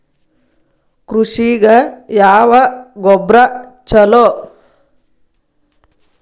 ಕೃಷಿಗ ಯಾವ ಗೊಬ್ರಾ ಛಲೋ?